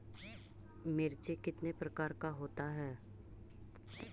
मिर्ची कितने प्रकार का होता है?